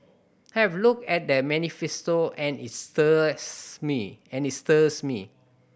I have looked at the manifesto and it stirs me and it stirs me